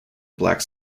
black